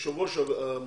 ליושב ראש המועצה